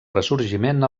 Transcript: ressorgiment